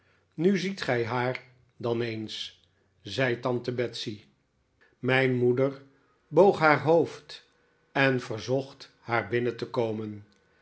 nu ziet gij haar dan eens zei tante betsey mijn moeder boog haar hoofd en verzocht haar binnen te komen